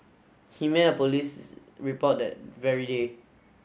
he made a police report that very day